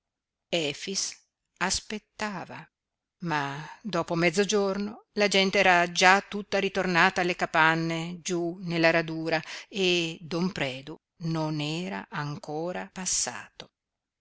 vedeva efix aspettava ma dopo mezzogiorno la gente era già tutta ritornata alle capanne giú nella radura e don predu non era ancora passato